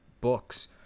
books